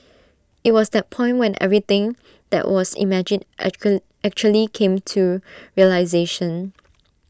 IT was that point when everything that was imagined actually came to realisation